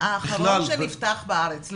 האחרון שנפתח בארץ.